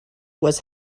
was